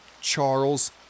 Charles